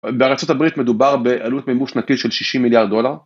בארה״ב מדובר בעלות מימוש שנתית של 60 מיליארד דולר.